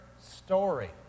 story